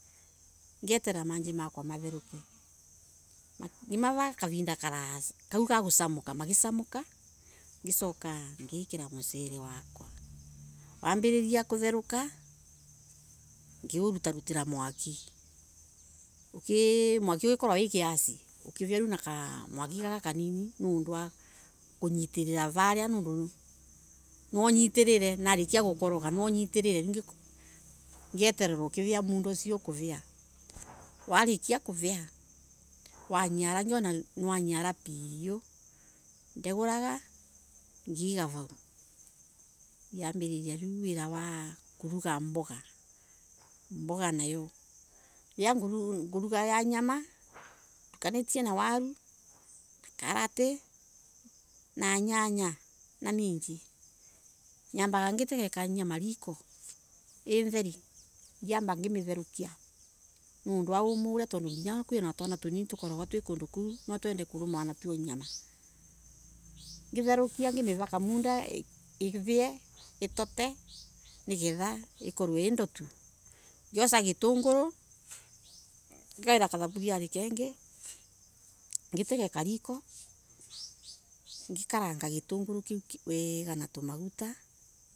Ngieterera maji makwa matheruka ngimava kavida kalasa ka gusamuka magisamuka ngisoka ngikela musele wakwa wambililia kutheruka ngiwerutira mwaki mwaki ugekorwa wi kiasi ukivia na kamwaki kanini walikia kuvia wanyora ndegoraga ngiiga vau ngiambililiawira wa kuluga mboga, mboga nayo ni ya nyama ndukanitie na waru karati na nyanya na Minji nyambaga ngitega nyama riko itheri ngimetherukia nondu wa uumu uria tondo kwi twaana twi kondo kuo no ni twende kuvoma nyama ngitherukia ngimiva muda ivie itote ngiosa gitungulu na thavuria ingi tungeluga wega na tumaguta.